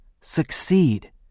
succeed